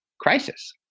crisis